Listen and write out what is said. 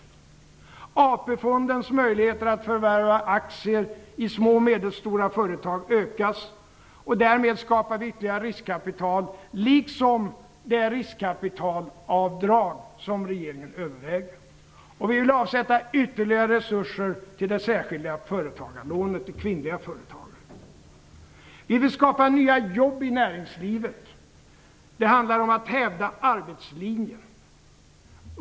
Genom AP-fondens möjligheter att förvärva aktier i små och medelstora företag liksom det riskkapitalavdrag som regeringen överväger skapas ytterligare riskkapital. Vi vill avsätta ytterligare resurser till det särskilda företagarlånet till kvinnliga företagare. Vi vill skapa nya jobb i näringslivet. Det handlar om att hävda arbetslinjen.